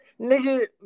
nigga